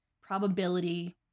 probability